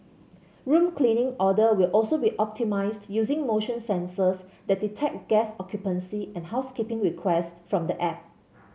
room cleaning order will also be optimised using motion sensors that detect guest occupancy and housekeeping requests from the app